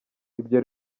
ibyo